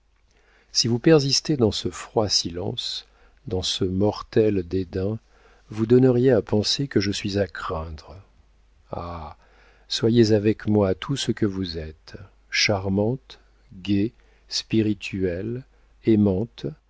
si vous persistez dans ce froid silence dans ce mortel dédain vous donneriez à penser que je suis à craindre ah soyez avec moi tout ce que vous êtes charmante gaie spirituelle aimante